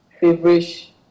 feverish